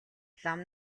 лам